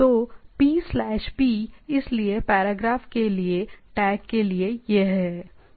तो P slash P इसलिए paragraph के लिए टैग के लिए यह है